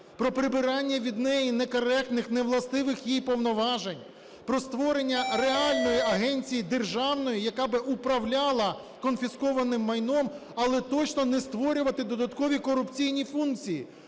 про прибирання від неї некоректних, невластивих їй повноважень, про створення реальної агенції державної, яка би управляла конфіскованим майном, але точно не створювати додаткові корупційні функції?